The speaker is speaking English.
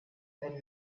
and